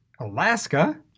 Alaska